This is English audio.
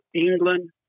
England